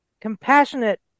compassionate